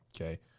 Okay